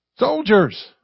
Soldiers